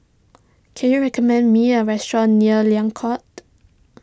can you recommend me a restaurant near Liang Court